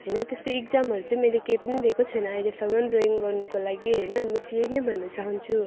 त्यस्तो एक्जामहरू चाहिँ मैले केही पनि दिएको छैन अहिलेसम्म ड्रइङ गर्नको लागि होइन म चाहिँ यही नै भन्न चाहन्छु